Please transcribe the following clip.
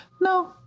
No